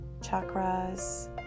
chakras